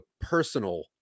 personal